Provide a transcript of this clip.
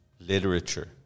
Literature